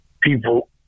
people